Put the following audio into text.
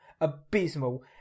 abysmal